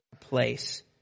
place